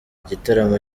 igitaramo